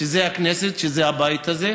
שזה הכנסת, שזה הבית הזה,